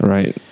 Right